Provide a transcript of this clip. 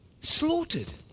slaughtered